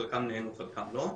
חלקם נענו, חלקם לא.